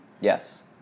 Yes